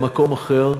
למקום אחר,